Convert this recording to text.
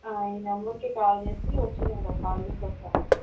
ఈ నెంబర్కి కాల్ చేసి వచ్చేటప్పుడు కాల్ చేసి వస్తానండి